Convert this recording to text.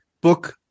book